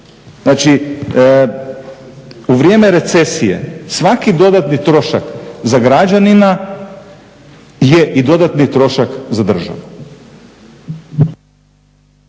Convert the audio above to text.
Znači u vrijeme recesije svaki dodatni trošak za građanina je i dodatni trošak za državu.